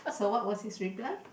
so what was his reply